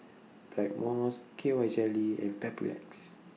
Blackmores K Y Jelly and Papulex